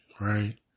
right